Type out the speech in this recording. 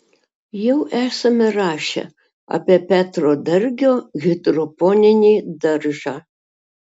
jau esame rašę apie petro dargio hidroponinį daržą